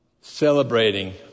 celebrating